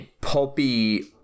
pulpy